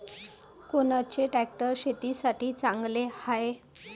कोनचे ट्रॅक्टर शेतीसाठी चांगले हाये?